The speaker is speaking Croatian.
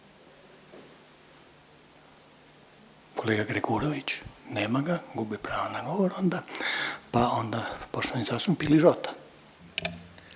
Kolega Gregurović? Nema ga, gubi pravo na govor onda. Pa onda poštovani zastupnik Piližota.